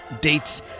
dates